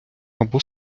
або